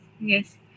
Yes